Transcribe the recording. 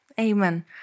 Amen